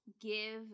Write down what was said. give